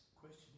Question